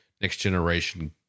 next-generation